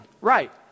Right